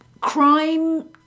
Crime